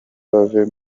bave